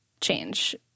change